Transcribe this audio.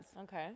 Okay